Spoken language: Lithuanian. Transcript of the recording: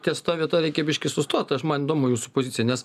ties ta vieta reikia biškį sustot aš man įdomu jūsų pozicija nes